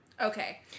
Okay